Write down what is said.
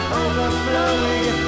overflowing